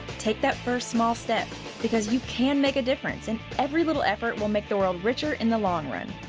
take that first small step because you can make a difference and every little effort will make the world richer in the long run.